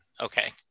Okay